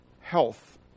health